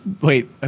Wait